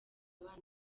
abana